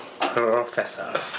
Professor